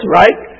right